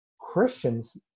Christians